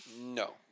No